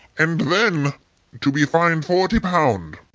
and then to be fined forty pound.